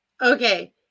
Okay